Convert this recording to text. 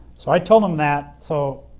so, i told him that. so,